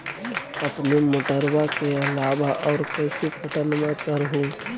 अपने मोटरबा के अलाबा और कैसे पट्टनमा कर हू?